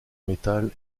métal